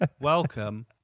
Welcome